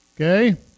Okay